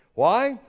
why?